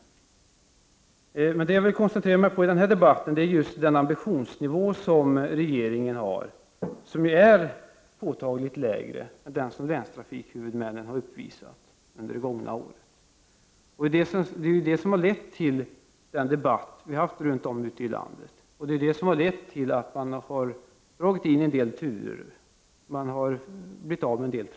I den här debatten vill jag dock koncentrera mig på regeringens ambitionsnivå. Den är påtagligt lägre än den som länstrafikhuvudmännen har uppvisat under det gångna året. Detta har lett till den debatt vi har haft runt om i landet. Det har lett till att man har dragit in en del turer, och en del trafik har försvunnit.